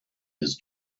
his